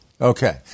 Okay